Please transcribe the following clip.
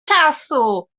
czasu